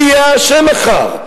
מי יהיה האשם מחר?